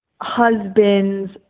husband's